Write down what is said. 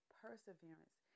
perseverance